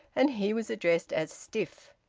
and he was addressed as stiff.